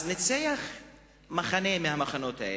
אז ניצח מחנה מהמחנות האלה.